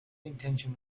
intention